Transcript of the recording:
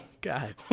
God